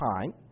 time